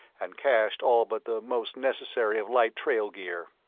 and cached all but the most necessary of light trail gear.